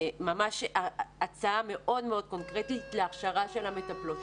הצעה מאוד קונקרטית להכשרה של המטפלות.